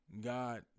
God